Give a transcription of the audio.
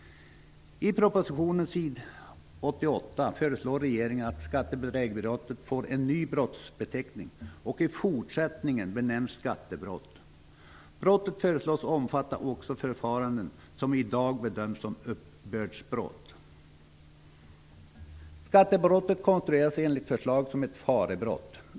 I propositionen på s. 88 föreslår regeringen att skattebedrägeribrottet får en ny brottsbeteckning och i fortsättningen benämns skattebrott. Brottet föreslås omfatta också förfaranden som i dag bedöms som uppbördsbrott. Skattebrottet konstrueras enligt förslaget som ett farebrott.